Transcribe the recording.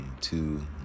two